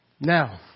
Now